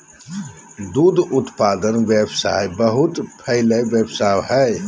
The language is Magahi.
दूध उत्पादन व्यवसाय बहुत फैलल व्यवसाय हइ